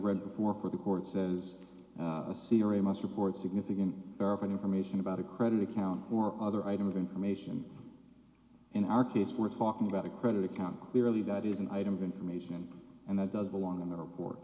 read for for the court says a c or a must report significant verified information about a credit account or other item of information in our case we're talking about a credit account clearly that is an item of information and that does belong in the report